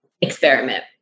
experiment